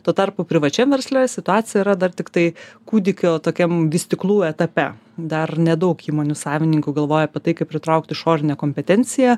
tuo tarpu privačiam versle situacija yra dar tiktai kūdikio tokiam vystyklų etape dar nedaug įmonių savininkų galvoja apie tai kaip pritraukt išorinę kompetenciją